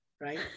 right